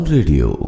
Radio